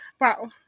Wow